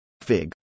Fig